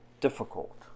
difficult